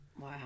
Wow